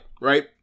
right